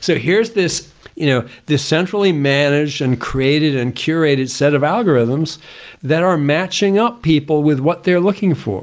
so here is this you know this centrally managed and created and curated set of algorithms that are matching up people with what they're looking for.